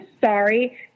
sorry